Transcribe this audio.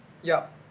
yup